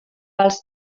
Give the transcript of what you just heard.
els